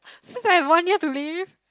since I have one year to live